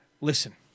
Listen